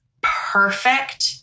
perfect